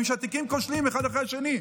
אתם רואים שהתיקים כושלים אחד אחרי השני.